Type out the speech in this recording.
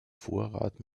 vorrat